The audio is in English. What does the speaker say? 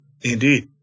Indeed